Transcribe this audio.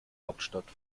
hauptstadt